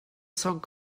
song